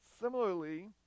similarly